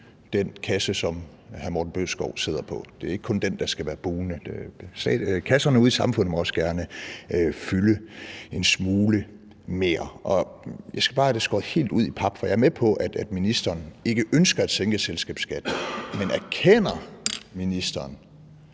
den kasse, som hr. Morten Bødskov sidder på, er rigt. Det er ikke kun den, der skal være bugnende. Kasserne ude i samfundet må også gerne fylde en smule mere. Jeg skal bare have det skåret helt ud i pap, for jeg er med på, at ministeren ikke ønsker at sænke selskabsskatten. Men erkender ministeren,